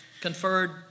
conferred